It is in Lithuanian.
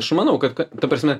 aš manau kad kad ta prasme